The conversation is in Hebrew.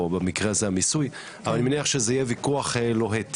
או במקרה הזה המיסוי אבל אני מניח שזה יהיה ויכוח לוהט,